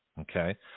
Okay